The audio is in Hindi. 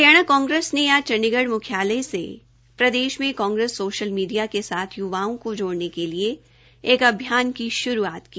हरियाणा कांग्रेस ने आज चंडीगढ़ मुख्यालय से प्रदेश में कांग्रेस सोशल मीडिया के साथ युवाओं को जोड़ने के लिए एक अभियान की शुरूआंत की